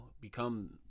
become